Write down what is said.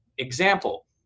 Example